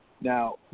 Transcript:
Now